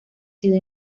sido